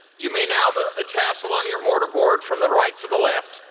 you may now move the tassel on your mortar board from the right to the left.